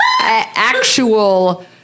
Actual